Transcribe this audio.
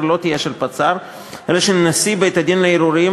לא תהיה של הפצ"ר אלא של נשיא בית-הדין לערעורים,